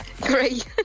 Great